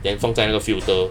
then 放在那个 filter